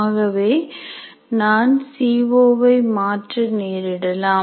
ஆகவே நான் சிஓ வை மாற்ற நேரிடலாம்